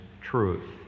truth